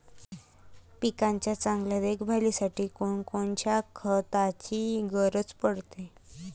पिकाच्या चांगल्या देखभालीसाठी कोनकोनच्या खताची गरज पडते?